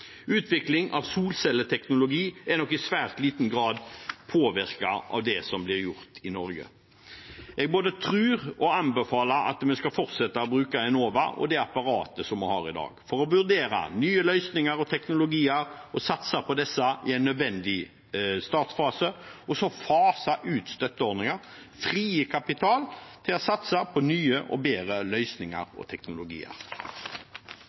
Utvikling av solcelleteknologi er nok i svært liten grad påvirket av det som blir gjort i Norge. Jeg både tror og anbefaler at vi skal fortsette å bruke Enova og det apparatet som vi har i dag for å vurdere nye løsninger og teknologier – å satse på disse er nødvendig i startfasen – og så fase ut støtteordninger, frigi kapital til å satse på nye og bedre